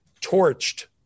torched